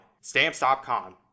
Stamps.com